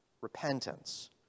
repentance